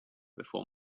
before